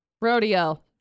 Rodeo